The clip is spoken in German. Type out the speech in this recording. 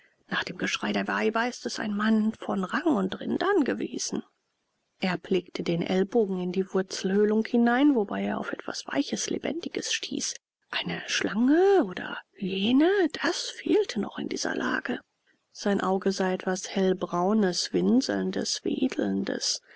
nach dem geschrei der weiber ist es ein mann von rang und rindern gewesen erb legte den ellbogen in die wurzelhöhlung hinein wobei er auf etwas weiches lebendes stieß eine schlange oder hyäne das fehlte noch in dieser lage sein auge sah etwas hellbraunes winselndes wedelndes